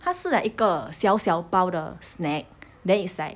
他是 like 一个小小包的 snack then it's like